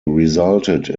resulted